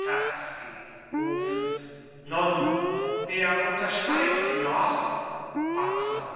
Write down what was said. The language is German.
terzky rufend nun wer unterschreibt noch buttler